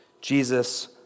Jesus